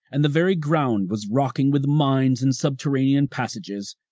and the very ground was rocking with minds and subterranean passages,